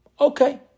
Okay